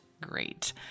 great